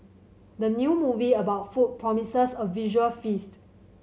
the new movie about food promises a visual feast